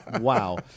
wow